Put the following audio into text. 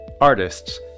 artists